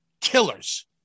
killers